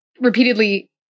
repeatedly